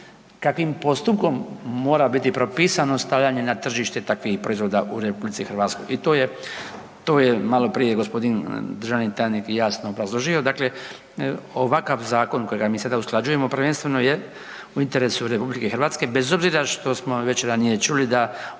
kakvim postupkom mora biti propisano stavljanje na tržište takvih proizvoda u Republici Hrvatskoj i to je malo prije gospodin državni tajnik jasno obrazložio. Dakle, ovakav zakon kojega mi sada usklađujemo prvenstveno je u interesu Republike Hrvatske bez obzira što smo već ranije čuli da ovdje